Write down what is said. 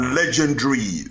legendary